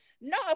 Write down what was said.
No